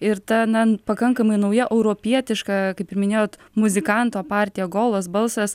ir ta na pakankamai nauja europietiška kaip ir minėjot muzikanto partija golos balsas